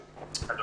שמיעה,